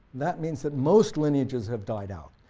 that means that most lineages have died out,